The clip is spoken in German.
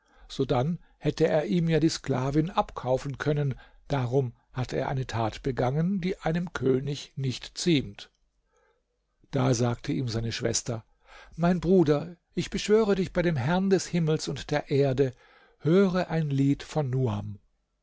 sodann hätte er ihm ja die sklavin abkaufen können darum hat er eine tat begangen die einem könig nicht ziemt da sagte ihm seine schwester mein bruder ich beschwöre dich bei dem herrn des himmels und der erde höre ein lied von nuam